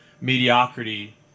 mediocrity